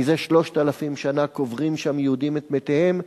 מזה 3,000 שנה קוברים שם יהודים את מתיהם,